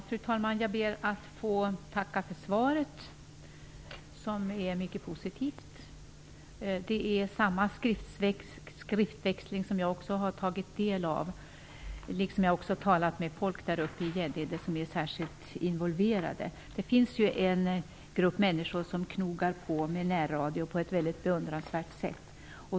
Fru talman! Jag ber att få tacka för svaret, som är mycket positivt. Den skriftväxling som nämns har också jag tagit del av, och jag har talat med människor i Gäddede som är särskilt involverade. Det finns en grupp människor som knogar på med närradio på ett mycket beundransvärt sätt.